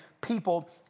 people